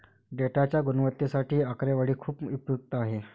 डेटाच्या गुणवत्तेसाठी आकडेवारी खूप उपयुक्त आहे